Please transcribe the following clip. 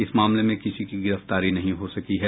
इस मामले में किसी की गिरफ्तारी नहीं हो सकी है